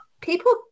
people